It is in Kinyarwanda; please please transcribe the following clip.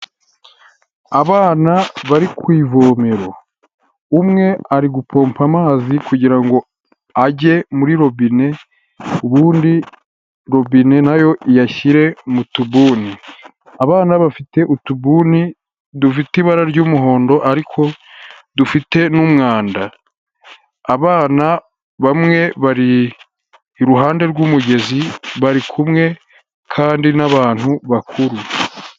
Abana bari ku ivomero, umwe ari gupompa amazi kugira ngo age muri robine, ubundi robine nayo iyashyire mu tubuni, abana bafite utubuni dufite ibara ry'umuhondo ariko dufite n'umwanda, abana bamwe bari iruhande rw'umugezi bari kumwe kandi n'abantu bakuru.